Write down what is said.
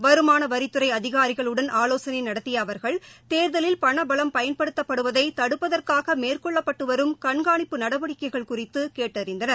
வருமானவரித்துறைஅதிகாரிகளுடன் தேர்தலில் பணபலம் பயன்படுத்தப்படுவதைதடுப்பதற்காகமேற்கொள்ளபட்டுவரும் கண்காணிப்பு நடவடிக்கைகள் குறித்துகேட்டறிந்தனர்